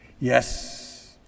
Yes